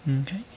Okay